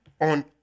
on